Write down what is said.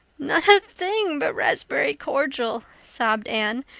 not a thing but raspberry cordial, sobbed anne.